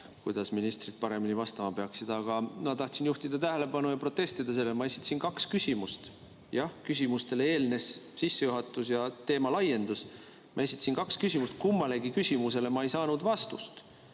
kuidas ministrid paremini vastama peaksid. Aga ma tahtsin juhtida tähelepanu ja protestida: ma esitasin kaks küsimust. Jah, küsimustele eelnes sissejuhatus ja teemalaiendus. Ma esitasin kaks küsimust – kummalegi küsimusele ma ei saanud vastust.